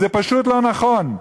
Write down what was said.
זה פשוט לא נכון.